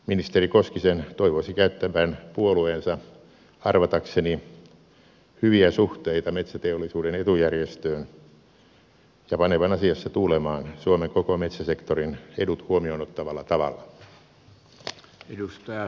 ministeri koskisen toivoisi käyttävän puolueensa arvatakseni hyviä suhteita metsäteollisuuden etujärjestöön ja panevan asiassa tuulemaan suomen koko metsäsektorin edut huomioon ottavalla tavalla